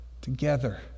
together